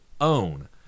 own